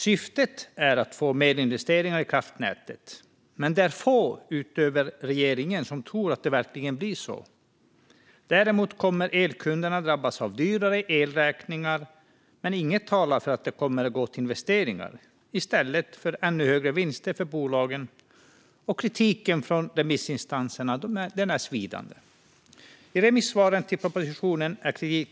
Syftet är att få mer investeringar i kraftnätet, men det är få utöver regeringen som tror att det verkligen blir så. Elkunderna kommer att drabbas av dyrare räkningar, men inget talar för att pengarna kommer att gå till investeringar i stället för ännu högre vinster för bolagen. Kritiken från remissinstanserna är svidande.